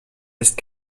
ist